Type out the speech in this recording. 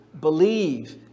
believe